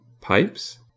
pipes